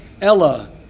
Ella